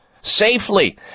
safely